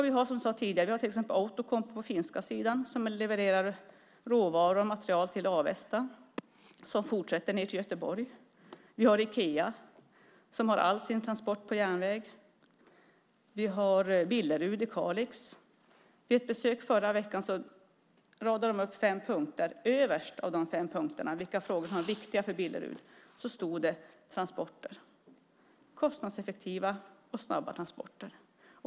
Vi har, som jag sade tidigare, till exempel Outokumpu på finska sidan som levererar råvaror och material till Avesta och fortsätter ned till Göteborg. Vi har Ikea som har all sin transport på järnväg. Vi har Billerud i Kalix. Vid ett besök förra veckan radade de upp fem punkter. Överst bland de frågor som var viktiga för Billerud stod transporter, kostnadseffektiva och snabba transporter.